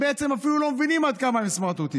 שהם בעצם אפילו לא מבינים עד כמה הם סמרטוטים.